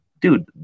dude